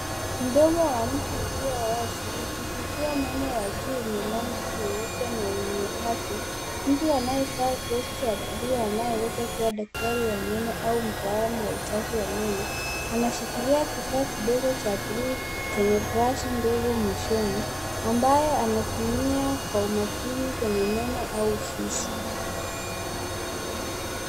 Mdomo wa mtu ukiwa wazi ukifichua meno wa juu lenye rangi nyeupe na enye afya. Mtu anayevaa glovu za buluu anayeweza kuwa daktari wa meno au mtaalum wa usafi wa meno anashikilia kifaa kidogo cha buluu chenye brashi ndogo mwishoni ambaye anatumia kwa umakini kwenye meno au ufizi.